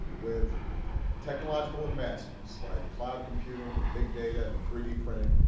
with technological advancements like cloud computing and big data and three d printing,